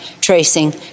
tracing